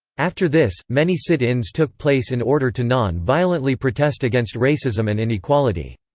after this, many sit-ins took place in order to non-violently protest against racism and inequality.